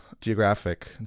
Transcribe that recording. geographic